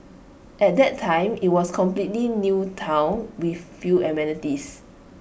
at that time IT was A completely new Town with few amenities